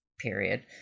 period